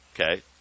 Okay